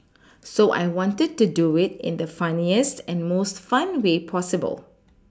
so I wanted to do it in the funniest and most fun way possible